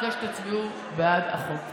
אני מבקשת שתצביעו בעד החוק.